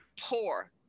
poor